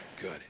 Good